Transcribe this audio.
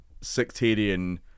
sectarian